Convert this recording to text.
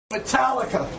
Metallica